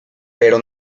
pero